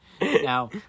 Now